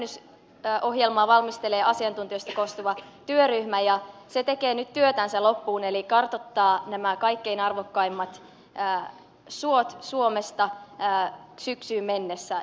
soidensuojelun täydennysohjelmaa valmistelee asiantuntijoista koostuva työryhmä ja se tekee nyt työtänsä loppuun eli kartoittaa nämä kaikkein arvokkaimmat suot suomesta syksyyn mennessä